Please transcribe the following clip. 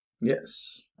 Yes